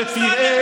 שתרעה,